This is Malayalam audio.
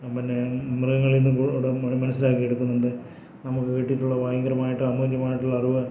പിന്നെ മൃഗങ്ങളിൽ നിന്ന് കൂടെ മനസ്സിലാക്കി എടുക്കുന്നുണ്ട് നമുക്ക് കിട്ടിയിട്ടുള്ള ഭയങ്കരമായിട്ട് അമൂല്യമായിട്ടുള്ള അറിവ്